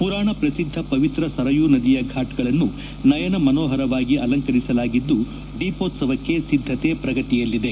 ಪುರಾಣ ಪ್ರಸಿದ್ದ ಪವಿತ್ರ ಸರಯೂ ನದಿಯ ಘಾಟ್ಗಳನ್ನು ನಯನ ಮನೋಹರವಾಗಿ ಅಲಂಕರಿಸಲಾಗಿದ್ದು ದೀಪೋತ್ಸವಕ್ಕೆ ಸಿದ್ದತೆ ಪ್ರಗತಿಯಲ್ಲಿದೆ